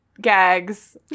gags